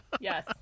Yes